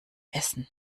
essen